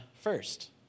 first